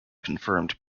confirmed